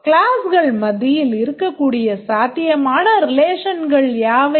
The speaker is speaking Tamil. கிளாஸ்கள் மத்தியில் இருக்கக்கூடிய சாத்தியமான relationகள் யாவை